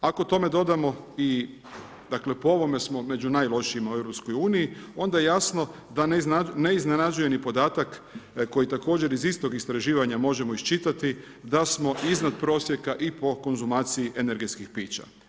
Ako tome dodamo i po ovome smo među najlošijima u EU onda je jasno da ne iznenađuje podatak koji također iz istog istraživanja možemo iščitati da smo iznad prosjeka i po konzumaciji energetskih pića.